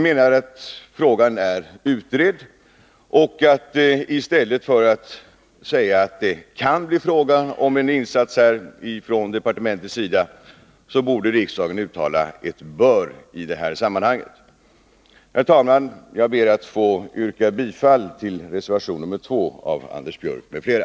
Vi menar att frågan är utredd och att utskottet i stället för att skriva att det kan bli fråga om en insats från departementets sida borde ha föreslagit riksdagen att uttala att en sådan bör göras. Herr talman! Jag ber att få yrka bifall till reservation nr 2 av Anders Björck m.fl.